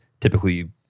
typically